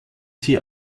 sie